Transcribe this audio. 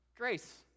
grace